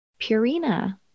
Purina